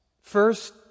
First